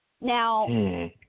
Now